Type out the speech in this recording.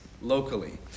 locally